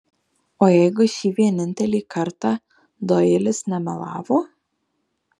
o jeigu šį vienintelį kartą doilis nemelavo